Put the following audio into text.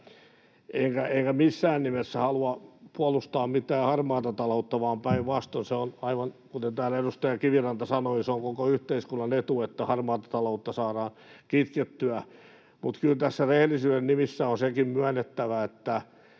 Enkä missään nimessä halua puolustaa mitään harmaata taloutta, vaan päinvastoin, aivan kuten täällä edustaja Kiviranta sanoi, se on koko yhteiskunnan etu, että harmaata taloutta saadaan kitkettyä. Mutta kyllä tässä rehellisyyden nimissä on sekin myönnettävä,